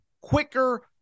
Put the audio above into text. quicker